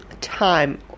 time